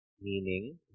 meaning